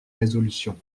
résolutions